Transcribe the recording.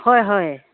হয় হয়